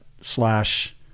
slash